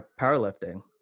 powerlifting